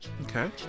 Okay